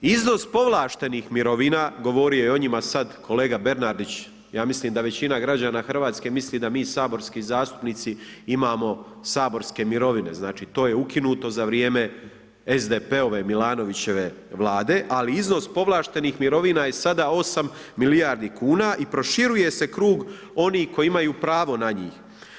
Iznos povlaštenih mirovina govorio je o njima sad kolega Bernardić, ja mislim da većina građana Hrvatske misli da mi saborski zastupnici imamo saborske mirovine, znači to je ukinuto za vrijeme SDP-ove Milanovićeve Vlade ali iznos povlaštenih mirovina je sada 8 milijardi kuna i proširuje se krug onih koji imaju pravo na njih.